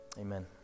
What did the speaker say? Amen